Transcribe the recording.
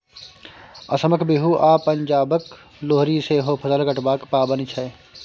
असमक बिहू आ पंजाबक लोहरी सेहो फसल कटबाक पाबनि छै